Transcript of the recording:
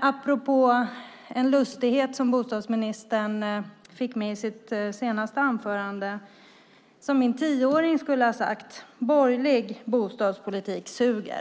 Apropå en lustighet som bostadsministern fick med i sitt senaste anförande kan jag säga som min tioåring skulle ha sagt: Borgerlig bostadspolitik suger.